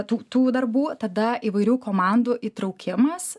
tų tų darbų tada įvairių komandų įtraukimas